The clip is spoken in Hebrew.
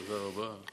תודה רבה.